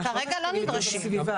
כרגע לא נדרשים.